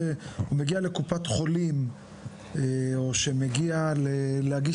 זה מגיע לקופת חולים או שמגיע להגיש